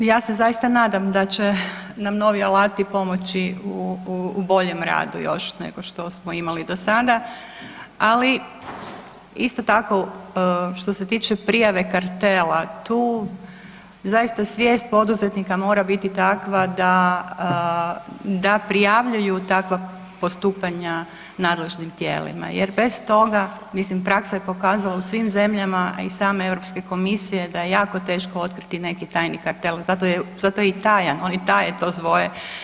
Pa ja se zaista nadam da će nam novi alati pomoći u boljem radu još nego što smo imali dosada, ali isto tako što se tiče prijave kartela, tu zaista svijest poduzetnika mora biti takva da prijavljuju takva postupanja nadležnim tijelima jer bez toga, mislim praksa je pokazala u svim zemljama i same Europske komisije da je jako teško otkriti negdje tajni kartel, zato je i tajan, oni taje to svoje.